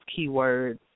keywords